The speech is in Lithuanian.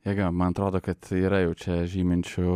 jėga man atrodo kad yra jau čia žyminčių